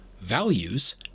Values